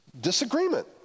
disagreement